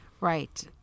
Right